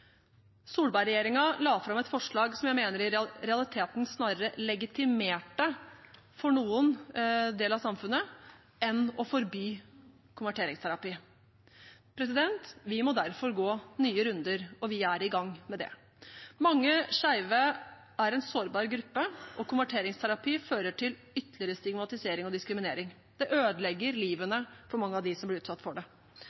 la fram et forslag som jeg mener i realiteten snarere legitimerte, i noen deler av samfunnet, enn å forby konverteringsterapi. Vi må derfor gå nye runder, og vi er i gang med det. Mange skeive er en sårbar gruppe, og konverteringsterapi fører til ytterligere stigmatisering og diskriminering. Det ødelegger